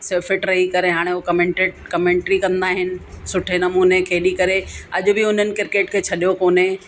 सिर्फु fit रही करे हाणे उहो कमैंटिड कमैंट्र्री कंदा आहिनि सुठे नमूने खेॾी करे अॼ बि उन्हनि क्रिकेट खे छॾियो कोन्हे